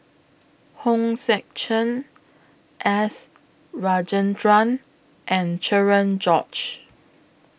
Hong Sek Chern S Rajendran and Cherian George